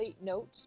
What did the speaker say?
note